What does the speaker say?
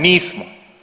Nismo.